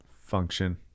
Function